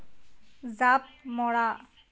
জাঁপ মৰা